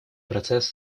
процесс